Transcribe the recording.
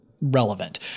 relevant